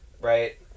right